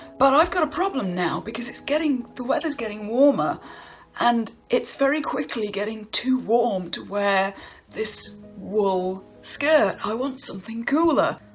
but i've got a problem now because it's getting, the weather's getting warmer and it's very quickly getting too warm to wear this wool skirt. i want something cooler.